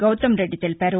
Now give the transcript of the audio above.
గౌతమ్రెడ్డి తెలిపారు